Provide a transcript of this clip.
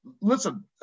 listen